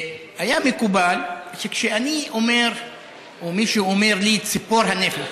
היה מקובל שכשאני אומר או כשמישהו אומר לי "ציפור הנפש",